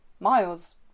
Miles